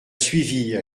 suivie